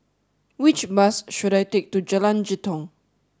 which bus should I take to Jalan Jitong